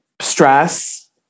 stress